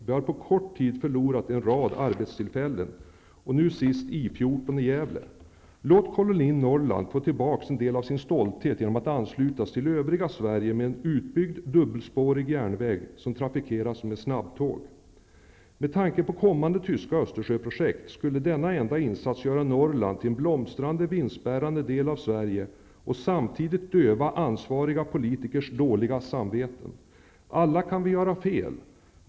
Vi har på kort tid förlorat en rad arbetstillfällen, och nu senast I 14 Låt kolonin Norrland få tillbaka en del av sin stolthet genom att anslutas till övriga Sverige med en utbyggd dubbelspårig järnväg som trafikeras med snabbtåg. Med tanke på kommande tyska Östersjöprojekt skulle denna enda insats göra Norrland till en blomstrande vinstbärande del av Sverige och samtidigt döva ansvariga politikers dåliga samveten. Alla kan vi göra fel.